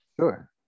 Sure